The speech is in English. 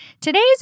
Today's